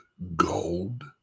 Gold